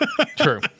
true